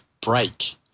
break